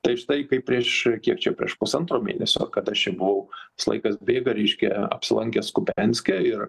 tai štai kaip prieš kiek čia prieš pusantro mėnesio kada aš buvau tas laikas bėga reiškia apsilankę skubianske ir